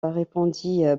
répondit